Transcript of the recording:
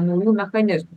naujų mechanizmų